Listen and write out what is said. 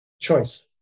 Choice